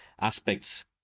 aspects